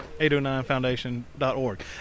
809foundation.org